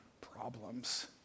problems